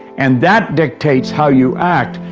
and that dictates how you act,